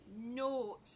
no